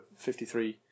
53